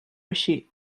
així